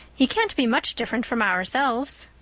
he can't be much different from ourselves.